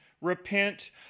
repent